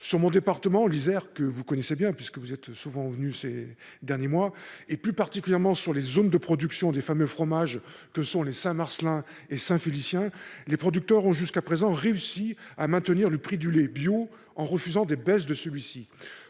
sur mon département l'Isère que vous connaissez bien puisque vous êtes souvent venu ces derniers mois et plus particulièrement sur les zones de production des fameux fromages que sont les Saint Marcellin et Saint-Félicien, les producteurs ont jusqu'à présent réussi à maintenir le prix du lait bio en refusant des baisses de celui-ci,